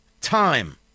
time